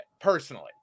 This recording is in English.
personally